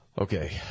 Okay